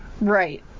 right